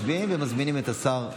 מצביעים ומזמינים את השר,